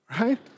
Right